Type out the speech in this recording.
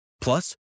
Plus